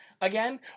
again